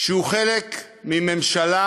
שהוא חלק מממשלה